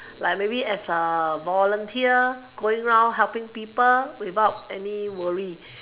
like maybe as volunteer going around helping people without any worry